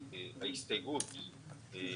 אם ההסתייגות הזאת